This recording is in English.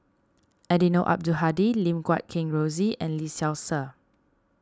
Eddino Abdul Hadi Lim Guat Kheng Rosie and Lee Seow Ser